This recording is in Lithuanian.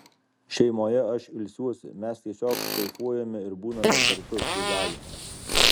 šeimoje aš ilsiuosi mes tiesiog kaifuojame ir būname kartu kiek galime